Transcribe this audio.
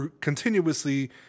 continuously